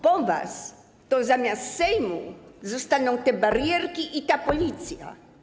Po was to zamiast Sejmu zostaną te barierki i ta policja.